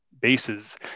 bases